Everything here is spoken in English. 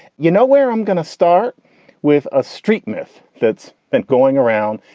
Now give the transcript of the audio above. you know where i'm going to start with a street myth that's been going around.